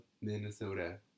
Minnesota